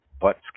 butts